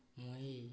ମୁଁ ଏଇ